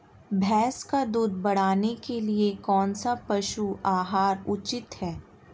भैंस का दूध बढ़ाने के लिए कौनसा पशु आहार उचित है?